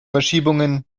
verschiebungen